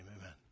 Amen